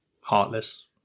heartless